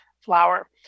flower